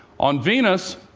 on venus,